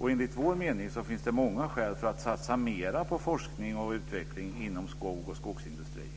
Enligt vår mening finns det många skäl för att satsa mer på forskning och utveckling inom skog och skogsindustrin.